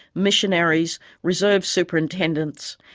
missionaries, reserve superintendents,